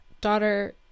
daughter